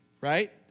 right